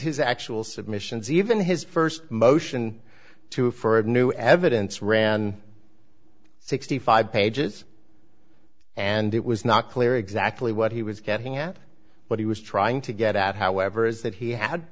his actual submissions even his st motion to for a new evidence ran sixty five pages and it was not clear exactly what he was getting at what he was trying to get at however is that he had